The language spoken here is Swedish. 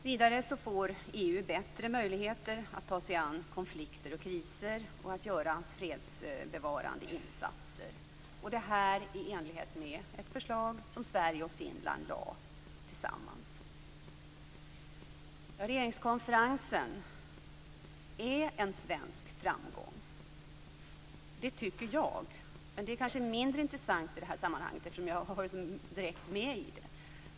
Vidare får EU bättre möjligheter att ta sig an konflikter och kriser och att göra fredsbevarande insatser. Detta sker i enlighet med ett förslag som Regeringskonferensen är en svensk framgång. Det tycker jag, men det kanske är mindre intressant i det här sammanhanget, eftersom jag varit med där.